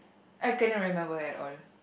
I cannot remember at all